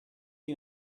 you